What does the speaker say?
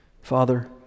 Father